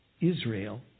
Israel